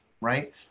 right